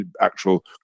actual